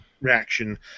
reaction